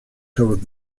covered